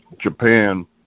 Japan